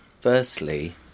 Firstly